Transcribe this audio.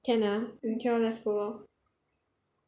can ah mm K lor let's go lor